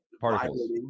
particles